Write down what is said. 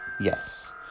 Yes